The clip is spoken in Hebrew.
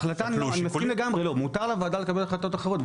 אני מסכים לגמרי, מותר לוועדה לקבל החלטות אחרות,